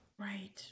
Right